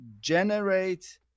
generate